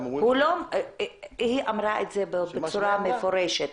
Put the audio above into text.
היא אמרה את זה בצורה מפורשת.